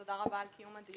תודה רבה על קיום הדיון.